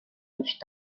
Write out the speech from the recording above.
each